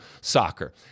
soccer